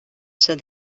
said